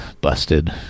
Busted